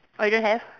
oh you don't have